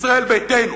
ישראל ביתנו.